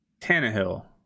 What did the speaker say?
Tannehill